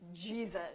Jesus